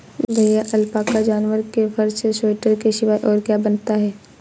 भैया अलपाका जानवर के फर से स्वेटर के सिवाय और क्या बनता है?